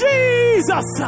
Jesus